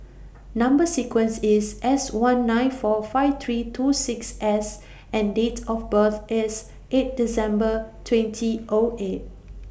Number sequence IS S one nine four five three two six S and Date of birth IS eight December twenty O eight